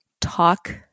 talk